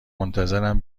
منتظرم